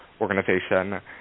organization